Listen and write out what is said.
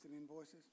invoices